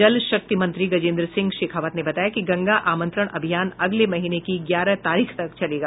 जल शक्ति मंत्री गजेन्द्र सिंह शेखावत ने बताया है कि गंगा आमंत्रण अभियान अगले महीने की ग्यारह तारीख तक चलेगा